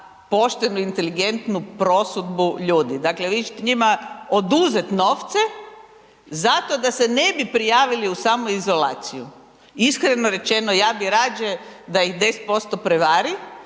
poštenu inteligentnu prosudbu ljudi. Dakle, vi ćete njima oduzet novce zato da se ne bi prijavili u samoizolaciju. Iskreno rečeno ja bi rađe da ih 10% prevari